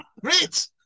Great